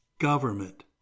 government